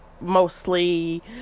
mostly